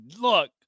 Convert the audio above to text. Look